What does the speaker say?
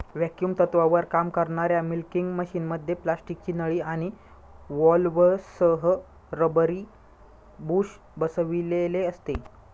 vacuum तत्त्वावर काम करणाऱ्या मिल्किंग मशिनमध्ये प्लास्टिकची नळी आणि व्हॉल्व्हसह रबरी बुश बसविलेले असते